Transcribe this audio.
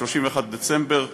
31 בדצמבר 2015,